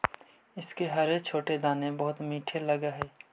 इसके हरे छोटे दाने बहुत मीठे लगअ हई